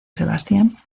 sebastian